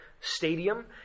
stadium